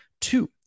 Two